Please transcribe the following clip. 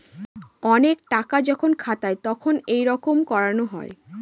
অনেক টাকা যখন খাতায় তখন এইরকম করানো হয়